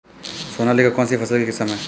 सोनालिका कौनसी फसल की किस्म है?